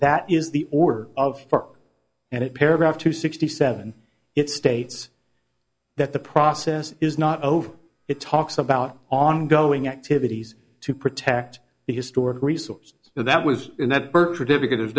that is the order of four and it paragraph two sixty seven it states that the process is not over it talks about ongoing activities to protect the historic resource so that was that b